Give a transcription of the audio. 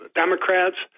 democrats